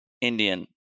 indian